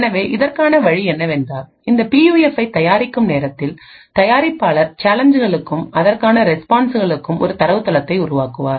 எனவே இதற்கான வழி என்னவென்றால் இந்த பியூஎஃப்பை தயாரிக்கும் நேரத்தில் தயாரிப்பாளர் சேலஞ்சுகளுக்கும் அதற்கான ரெஸ்பான்ஸ்களுக்கும் ஒரு தரவுத்தளத்தை உருவாக்குவார்